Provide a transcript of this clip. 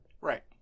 Right